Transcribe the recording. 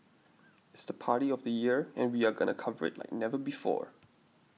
it's the party of the year and we are going to cover it like never before